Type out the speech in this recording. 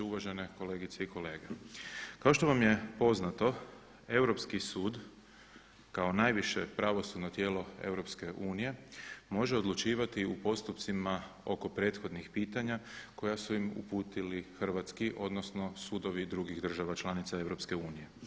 Uvažene kolegice i kolege kao što vam je poznato Europski sud kao najviše pravosudno tijelo EU može odlučivati u postupcima oko prethodnih pitanja koja su im uputili hrvatski odnosno sudovi drugih država članica EU.